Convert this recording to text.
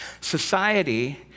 society